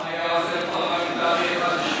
פעם היה עוזר פרלמנטרי אחד לשני חברי כנסת,